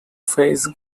face